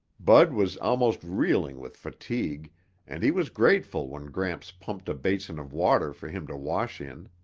bud was almost reeling with fatigue and he was grateful when gramps pumped a basin of water for him to wash in.